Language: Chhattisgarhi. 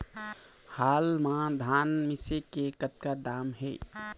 हाल मा धान मिसे के कतका दाम हे?